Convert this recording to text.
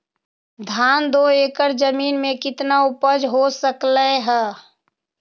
धान दो एकर जमीन में कितना उपज हो सकलेय ह?